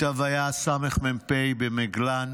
ייטב היה סמ"פ במגלן